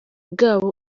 bwabo